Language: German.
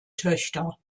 töchter